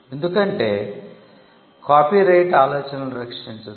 ఎందుకంటే కాపీరైట్ ఆలోచనలను రక్షించదు